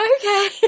Okay